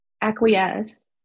acquiesce